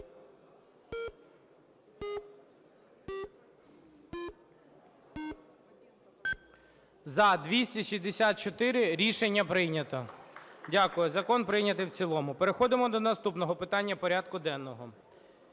За-264 Рішення прийнято. Дякую. Закон прийнятий в цілому. Переходимо до наступного питання порядку денного.